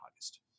August